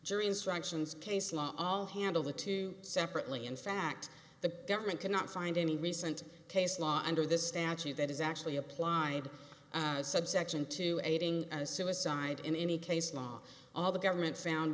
jury instructions case law all handle the two separately in fact the government cannot find any recent case law under this statute that is actually applied subsection to aiding a suicide in any case law all the government found